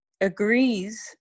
agrees